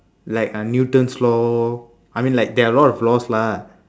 like uh newton's law I mean like there are a lot of laws lah